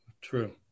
true